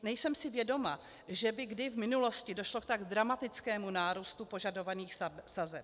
Nejsem si vědoma, že by kdy v minulosti došlo k tak dramatickému nárůstu požadovaných sazeb.